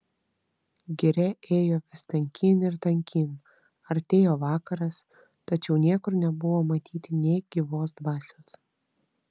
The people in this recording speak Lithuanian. giria ėjo vis tankyn ir tankyn artėjo vakaras tačiau niekur nebuvo matyti nė gyvos dvasios